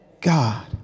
God